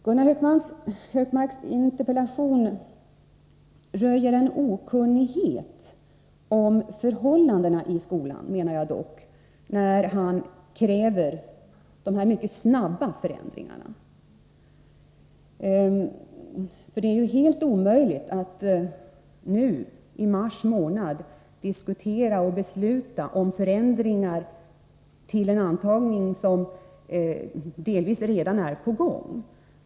Gunnar Hökmarks interpellation röjer en okunnighet om förhållandena i skolan, menar jag dock, när han kräver dessa mycket snabba förändringar. Det är helt omöjligt att nu, i mars månad, diskutera och besluta om förändringar i en intagning som delvis redan är på gång.